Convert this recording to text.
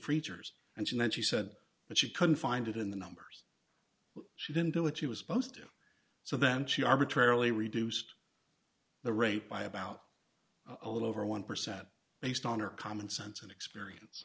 preachers and she when she said but she couldn't find it in the numbers she didn't do what she was supposed to so then she arbitrarily reduced the rate by about a little over one percent based on her common sense and experience